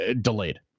delayed